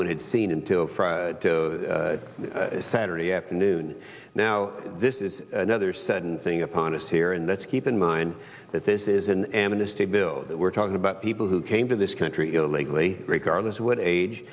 what had seen until friday to saturday afternoon now this is another sudden thing upon us here and let's keep in mind that this is an amnesty bill that we're talking about people who came to this country illegally regardless of what age